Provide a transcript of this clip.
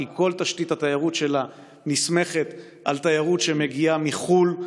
כי כל תשתית התיירות שלה נסמכת על תיירות שמגיעה מחו"ל,